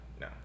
No